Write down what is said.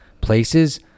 places